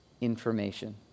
information